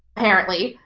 apparently,